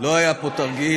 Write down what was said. לא היה פה תרגיל.